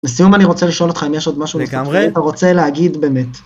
לסיום אני רוצה לשאול אותך אם יש עוד משהו. לגמריי. אם אתה רוצה להגיד באמת.